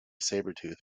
sabretooth